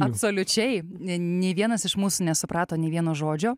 absoliučiai ne nei vienas iš mūsų nesuprato nė vieno žodžio